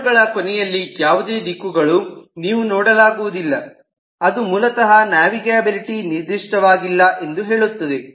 aero ಗಳ ಕೊನೆಯಲ್ಲಿ ಯಾವುದೇ ದಿಕ್ಕುಗಳು ನೀವು ನೋಡಲಾಗುವುದಿಲ್ಲ ಅದು ಮೂಲತಃ ನಾವಿಗೇಬಿಲಿಟಿ ನಿರ್ಧಿಷ್ಟವಾಗಿಲ್ಲ ಎಂದು ಹೇಳುತ್ತದೆ